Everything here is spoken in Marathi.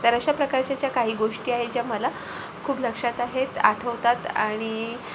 तर अशा प्रकारच्या ज्या काही गोष्टी आहेत ज्या मला खूप लक्षात आहेत आठवतात आणि